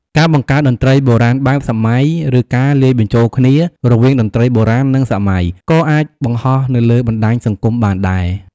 ការបង្កើតតន្ត្រីបុរាណបែបសម័យ ឬការលាយបញ្ចូលគ្នា រវាងតន្ត្រីបុរាណ និងសម័យក៏អាចបង្ហោះនៅលើបណ្ដាញសង្គមបានដែរ។